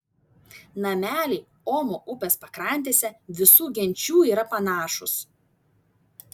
nameliai omo upės pakrantėse visų genčių yra panašūs